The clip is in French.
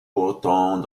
pourtant